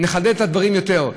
נחדד את הדברים יותר.